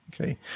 Okay